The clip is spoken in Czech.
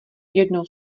jednou